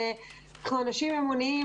אבל אנחנו אנשים אמוניים,